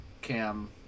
Cam